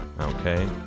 Okay